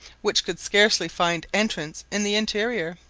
which could scarcely find entrance in the interior.